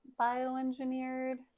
bioengineered